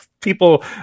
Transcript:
people